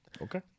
Okay